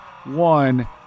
One